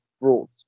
brought